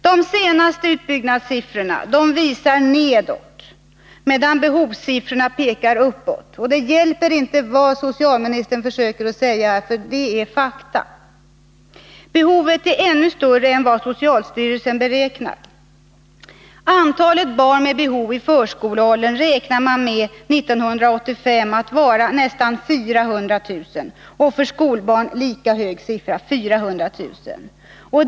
De senaste utbyggnadssiffrorna pekar nedåt, medan behovssiffrorna pekar uppåt. Det hjälper inte vad socialministern än säger — detta är fakta. Behovet är ännu större än vad som socialstyrelsen beräknar. Antalet barn i förskoleåldern med behov beräknas år 1985 vara nästan 400 000, och för skolbarn är siffran lika hög.